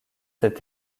cette